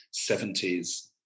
70s